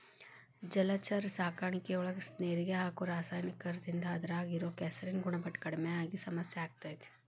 ಜಲಚರ ಸಾಕಾಣಿಕೆಯೊಳಗ ನೇರಿಗೆ ಹಾಕೋ ರಾಸಾಯನಿಕದಿಂದ ಅದ್ರಾಗ ಇರೋ ಕೆಸರಿನ ಗುಣಮಟ್ಟ ಕಡಿಮಿ ಆಗಿ ಸಮಸ್ಯೆ ಆಗ್ತೇತಿ